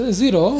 zero